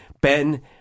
Ben